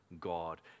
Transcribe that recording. God